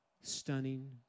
stunning